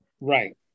Right